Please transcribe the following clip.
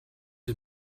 had